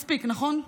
מספיק, נכון?